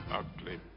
ugly